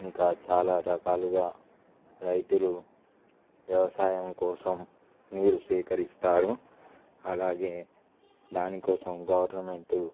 ఇంకా చాలా రకాలుగా రైతులు వ్యవసాయం కోసం నీరు సేకరిస్తారు అలాగే దానికోసం గవర్నమెంట్